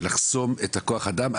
את הכוח אדם.